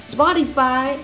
Spotify